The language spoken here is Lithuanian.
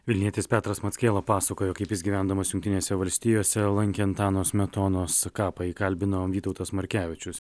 vilnietis petras mackela pasakojo kaip jis gyvendamas jungtinėse valstijose lankė antano smetonos kapą jį kalbino vytautas markevičius